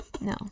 No